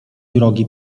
drogi